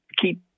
keep